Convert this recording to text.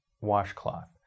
washcloth